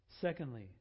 Secondly